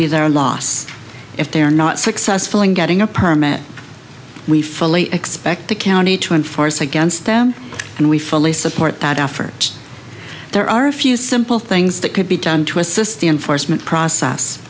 be their loss if they're not successful in getting a permit we fully expect the county to enforce against them and we fully support that effort there are a few simple things that could be done to assist the enforcement process